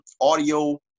audio